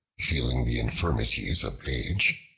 feeling the infirmities of age,